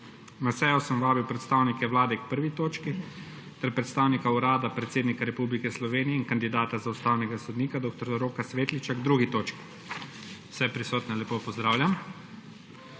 Na sejo sem vabil predstavnike Vlade k 1. točki ter predstavnika Urada predsednika Republike Slovenije in kandidata za ustavnega sodnika dr. Roka Svetliča k 2. točki. Vse prisotne lepo pozdravljam!